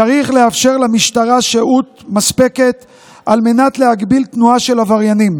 צריך לאפשר למשטרה שהות מספקת להגביל תנועה של עבריינים,